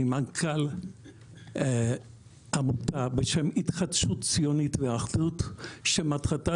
אני מנכ"ל עמותה בשם התחדשות ציונית ואחדות שמטרתה